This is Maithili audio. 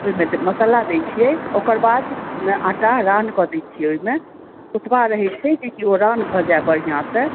ओहिमेके मसल्ला दै छियै ओकरबाद ओहिमे आँटा रान कऽ दै छियै ओहिमे ओतबा रहै छै कि ओ रान भऽ जाए बढ़िऑं से